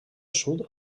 sud